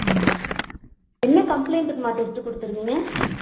ம் என்ன கம்பளைண்டுக்குமா டெஸ்ட்டு கொடுத்துருந்திங்க